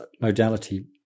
modality